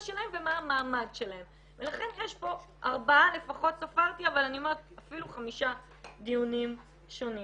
שלהם ומה המעמד שלהם ולכן יש פה אפילו חמישה דיונים שונים.